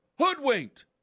hoodwinked